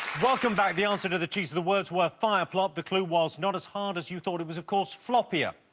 welcome back the answer to the chiefs of the wordsworth fire plot the clue was not as hard as you thought it was of course floppier